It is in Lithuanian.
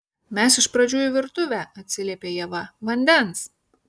mes iš pradžių į virtuvę atsiliepia ieva vandens